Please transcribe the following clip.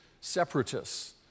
separatists